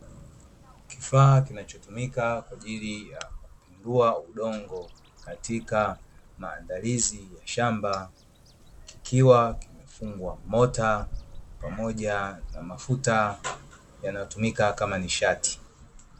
Kifaa kinachotumika kwa ajili ya kupindua udongo katika maandalizi ya shamba kikiwa kimefungwa mota pamoja na mafuta yanayotumika kama nishati.